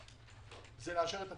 מכוח התב"ע יכינו תוכנית בינוי,